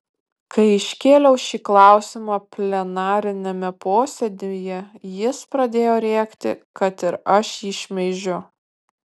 kai iškėliau šį klausimą plenariniame posėdyje jis pradėjo rėkti kad ir aš jį šmeižiu